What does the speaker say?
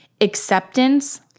Acceptance